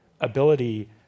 ability